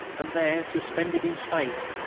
and there, suspended in space,